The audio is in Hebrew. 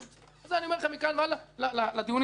זה לדיונים שבין הקריאות.